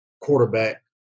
quarterback